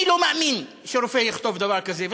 אני לא מאמין שרופא יכתוב דבר כזה,